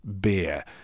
beer